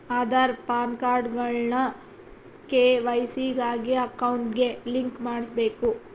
ಆದಾರ್, ಪಾನ್ಕಾರ್ಡ್ಗುಳ್ನ ಕೆ.ವೈ.ಸಿ ಗಾಗಿ ಅಕೌಂಟ್ಗೆ ಲಿಂಕ್ ಮಾಡುಸ್ಬಕು